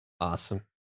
Awesome